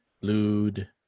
Lude